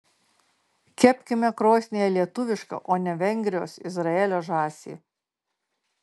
kepkime krosnyje lietuvišką o ne vengrijos izraelio žąsį